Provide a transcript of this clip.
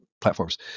platforms